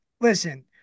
listen